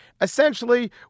Essentially